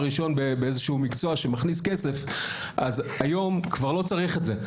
ראשון באיזשהו מקצוע שמכניס כסף - היום כבר לא צריך את זה.